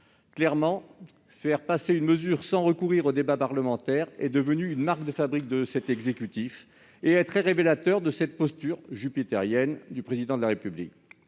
l'évidence, faire passer une mesure sans recourir au débat parlementaire est devenu une marque de fabrique de cet exécutif ; c'est très révélateur de la posture « jupitérienne » du Président de la République.